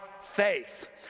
faith